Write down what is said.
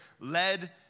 Led